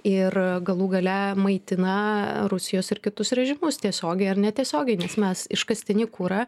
ir galų gale maitina rusijos ir kitus režimus tiesiogiai ar netiesiogiai nes mes iškastinį kurą